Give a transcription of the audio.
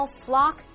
flock